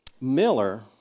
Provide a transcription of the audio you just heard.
Miller